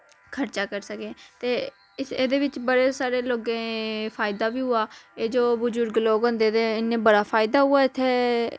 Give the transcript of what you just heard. खर्चे करी सके ते ऐह्दे विच्च बड़े सारे लोके फायदा बी होआ ऐ जो बुजुर्ग लोक औंदे ते इनै बड्डा फायदा होआ इत्थें